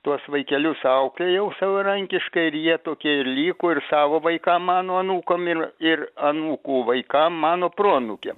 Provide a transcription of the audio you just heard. tuos vaikelius auklėjau savarankiškai ir jie tokie ir liko ir savo vaikam mano anūkam ir ir anūkų vaikam mano proanūkiam